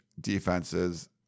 defenses